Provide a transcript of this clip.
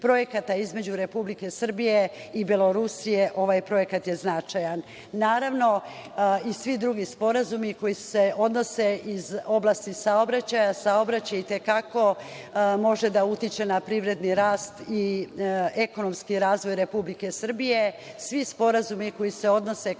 između Republike Srbije i Belorusije ovaj projekat je značajan, naravno, i svi drugi sporazumi iz oblasti saobraćaja. Saobraćaj i te kako može da utiče na privredni rast i ekonomski razvoj Republike Srbije. Svi sporazumi koji se odnose